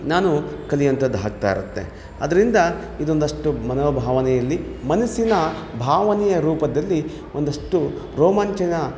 ನಾನು ಕಲಿಯುವಂಥದ್ದು ಆಗ್ತಾ ಇರತ್ತೆ ಅದರಿಂದ ಇದೊಂದಷ್ಟು ಮನೋಭಾವನೆಯಲ್ಲಿ ಮನಸ್ಸಿನ ಭಾವನೆಯ ರೂಪದಲ್ಲಿ ಒಂದಷ್ಟು ರೋಮಾಂಚನ